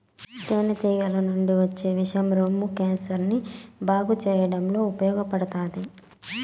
తేనె టీగల నుంచి వచ్చే విషం రొమ్ము క్యాన్సర్ ని బాగు చేయడంలో ఉపయోగపడతాది